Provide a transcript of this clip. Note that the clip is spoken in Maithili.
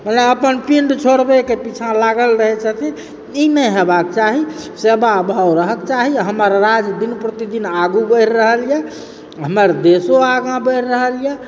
मने अपन पिण्ड छोड़ेबाक पीछा लागल रहैत छथिन ई नहि हेबाक चाही सेवाभाव रहक चाही हमर राज्य दिन प्रतिदिन आगूँ बढ़ि रहल यऽ हमर देशो आगाँ बढ़ि रहल यऽ